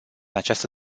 această